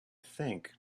think